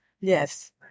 Yes